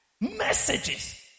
Messages